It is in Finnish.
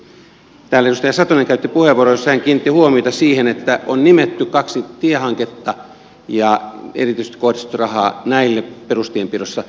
täällä edustaja satonen käytti puheenvuoron jossa hän kiinnitti huomiota siihen että on nimetty kaksi tiehanketta ja erityisesti kohdistettu rahaa näille perustienpidossa